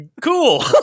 cool